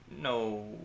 No